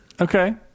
okay